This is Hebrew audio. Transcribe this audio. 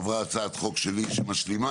עברה הצעת חוק שלי שמשלימה,